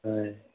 ఆయ్